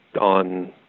on